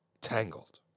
tangled